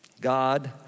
God